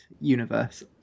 Universe